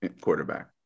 quarterback